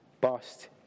bust